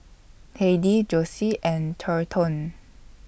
Heidy Josie and Thornton